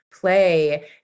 play